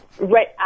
Right